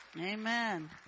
amen